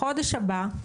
בחודש הבא,